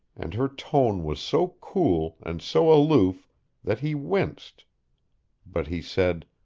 and her tone was so cool and so aloof that he winced but he said